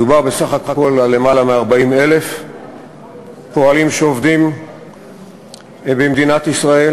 מדובר בסך הכול על למעלה מ-40,000 פועלים שעובדים במדינת ישראל,